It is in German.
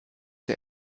der